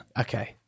Okay